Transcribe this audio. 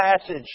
passage